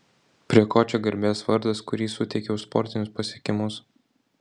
prie ko čia garbės vardas kurį suteikė už sportinius pasiekimus